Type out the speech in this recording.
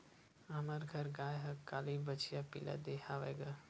हमर घर गाय ह काली बछिया पिला दे हवय गा